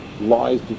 lies